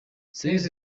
sex